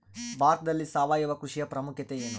ಭಾರತದಲ್ಲಿ ಸಾವಯವ ಕೃಷಿಯ ಪ್ರಾಮುಖ್ಯತೆ ಎನು?